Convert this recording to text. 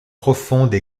profonde